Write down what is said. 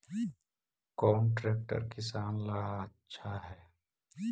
कौन ट्रैक्टर किसान ला आछा है?